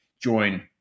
join